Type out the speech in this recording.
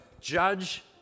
judge